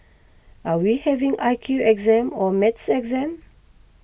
are we having I Q exam or maths exam